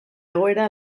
egoera